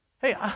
Hey